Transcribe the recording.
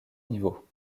niveaux